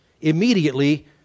immediately